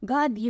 God